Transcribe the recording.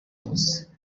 wose